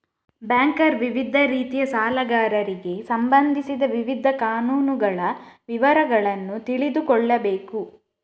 banker ವಿವಿಧ ರೀತಿಯ ಸಾಲಗಾರರಿಗೆ ಸಂಬಂಧಿಸಿದ ವಿವಿಧ ಕಾನೂನುಗಳ ವಿವರಗಳನ್ನು ತಿಳಿದುಕೊಳ್ಳಬೇಕು